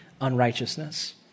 unrighteousness